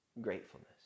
Gratefulness